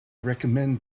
recommend